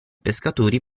pescatori